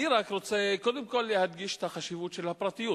אני רק רוצה קודם כול להדגיש את החשיבות של הפרטיות.